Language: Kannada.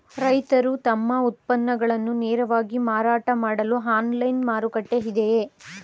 ರೈತರು ತಮ್ಮ ಉತ್ಪನ್ನಗಳನ್ನು ನೇರವಾಗಿ ಮಾರಾಟ ಮಾಡಲು ಆನ್ಲೈನ್ ಮಾರುಕಟ್ಟೆ ಇದೆಯೇ?